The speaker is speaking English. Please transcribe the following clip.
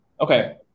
Okay